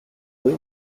deux